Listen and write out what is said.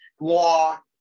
law